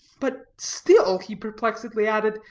but still, he perplexedly added,